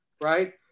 right